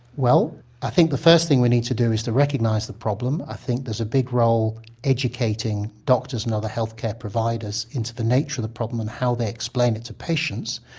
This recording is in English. well i think the first thing we need to do is to recognise the problem, i think there's a big role educating doctors and other health care providers into the nature of the problem and how they explain it to patients.